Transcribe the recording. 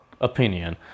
opinion